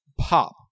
pop